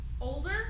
older